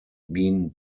mean